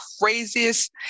craziest